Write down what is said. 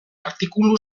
artikulu